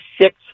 six